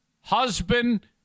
husband